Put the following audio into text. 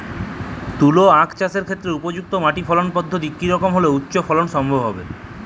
তুলো আঁখ চাষের ক্ষেত্রে উপযুক্ত মাটি ফলন পদ্ধতি কী রকম হলে উচ্চ ফলন সম্ভব হবে?